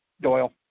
Doyle